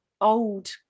old